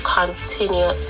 continue